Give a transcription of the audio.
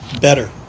Better